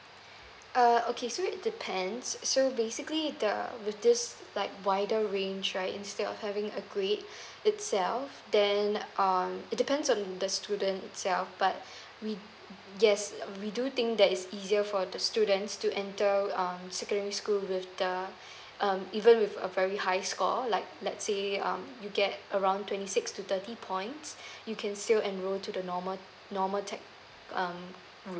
uh okay so it depends so basically the details like wider range right instead of having a grade itself then uh it depends on the student itself but we yes we do think that it's easier for the students to enter um secondary school with the um even with a very high score like let's say um you get around twenty six to thirty points you can still enroll to the normal normal tech um mm